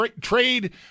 trade